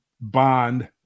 bond